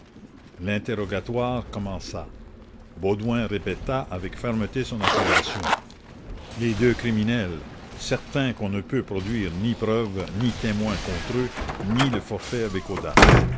l'interrogatoire commença baudouin répéta avec fermeté son accusation les deux criminels certains qu'on ne peut produire ni preuves ni témoins contr'eux nient le forfait avec audace